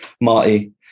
Marty